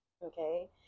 Okay